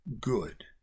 good